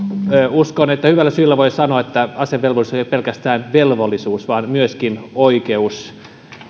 uskon että hyvällä syyllä voi sanoa että asevelvollisuus ei ole pelkästään velvollisuus vaan myöskin oikeus